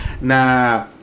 na